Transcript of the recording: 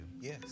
Yes